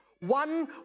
one